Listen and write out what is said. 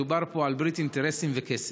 שמדובר פה על ברית אינטרסים וכסף.